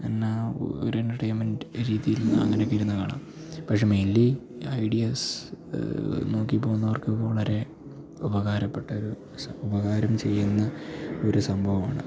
എന്നാ ഒരെൻട്ടേയ്ൻമെൻറ്റ് രീതീൽ അങ്ങനേക്കിരുന്ന് കാണാം പഷേ മേയ്ൻലി ഐഡ്യാസ് നോക്കി പോകുന്നവർക്ക് വളരെ ഉപകാരപ്പെട്ടൊരു ഉപകാരം ചെയ്യ്ന്ന ഒരു സംഭവാണ്